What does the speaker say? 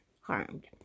harmed